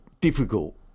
difficult